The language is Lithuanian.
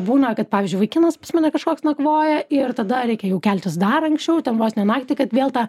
būna kad pavyzdžiui vaikinas pas mane kažkoks nakvoja ir tada reikia jau keltis dar anksčiau ten vos ne naktį kad vėl tą